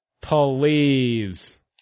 Please